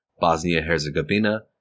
Bosnia-Herzegovina